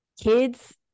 kids